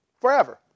forever